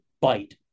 bite